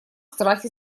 страхе